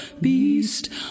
Beast